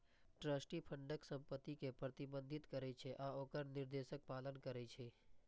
trustee फंडक संपत्ति कें प्रबंधित करै छै आ ओकर निर्देशक पालन करै छै